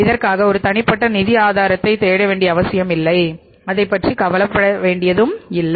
இதற்காக ஒரு தனிப்பட்ட நிதி ஆதாரத்தை தேட வேண்டிய அவசியம் இல்லை அதைப்பற்றி கவலைப்பட வேண்டியதும் இல்லை